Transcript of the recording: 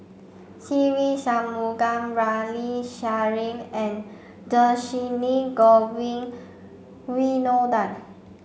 Se Ve Shanmugam Ramli Sarip and Dhershini Govin Winodan